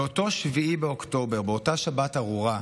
באותו 7 באוקטובר, באותה שבת ארורה,